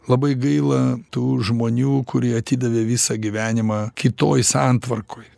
labai gaila tų žmonių kurie atidavė visą gyvenimą kitoj santvarkoj